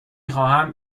خواهم